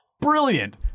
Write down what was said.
brilliant